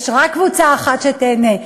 יש רק קבוצה אחת שתיהנה,